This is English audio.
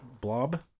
blob